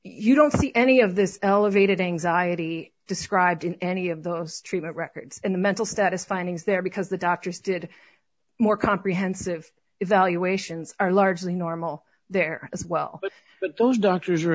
you don't see any of this elevated anxiety described in any of those treatment records and the mental status findings there because the doctors did more comprehensive evaluations are largely normal there as well but those doctors are